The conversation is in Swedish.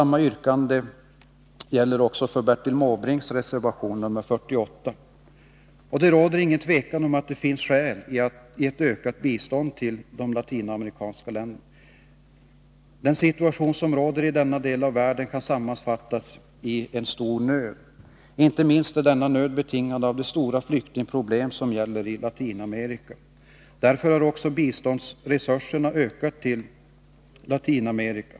Det råder ingen tvekan om att det finns skäl för ett ökat bistånd till de latinamerikanska länderna. Den situation som råder i denna del av världen kan sammanfattas i orden stor nöd. Inte minst är denna nöd betingad av de stora flyktingproblemen i Latinamerika. Därför har också biståndsresurserna ökat till Latinamerika.